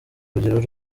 urugero